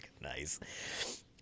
nice